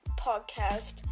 podcast